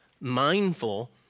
mindful